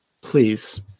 Please